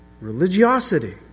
Religiosity